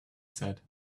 said